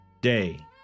Day